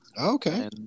Okay